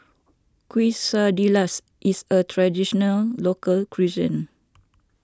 Quesadillas is a Traditional Local Cuisine